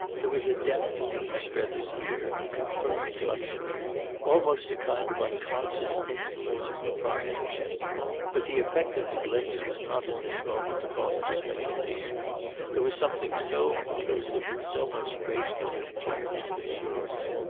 there was a depth in it, to strether's ear, of confirmed luxury almost a kind of unconscious insolence of proprietorship but the effect of the glimpse was not at this moment to foster speculation there was something so conclusive in so much graceful and generous assurance.